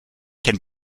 can